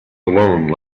alone